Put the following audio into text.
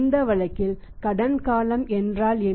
இந்த வழக்கில் கடன் காலம் என்றால் என்ன